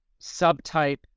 subtype